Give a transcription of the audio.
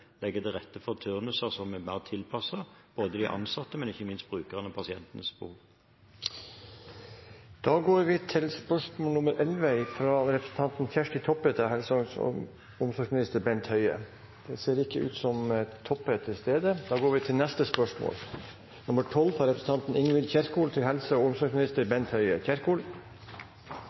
legge til rette for turnuser som er mer tilpasset både ansatte og ikke minst brukernes og pasientenes behov. Spørsmål 11 er fra representanten Kjersti Toppe til helse- og omsorgsminister Bent Høie. Presidenten kan ikke se at Toppe er til stede, og vi går videre til spørsmål 12. «Kreftmedisin er et fag i rask utvikling, og